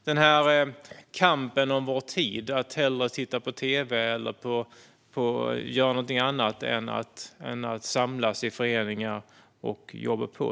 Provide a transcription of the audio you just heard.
Det råder en kamp om vår tid - man vill kanske hellre titta på tv eller göra något annat än samlas i föreningar och jobba på.